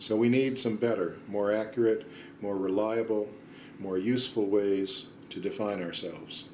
so we need some better more accurate more reliable more useful ways to define ourselves